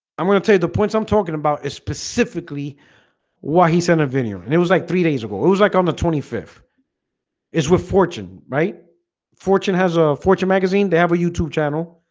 i'm gonna tell you the points i'm talking about specifically why he sent a vineyard and it was like three days ago. it was like on the twenty fifth it's with fortune right fortune has a fortune magazine. they have a youtube channel.